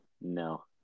No